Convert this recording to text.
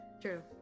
True